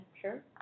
Sure